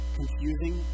confusing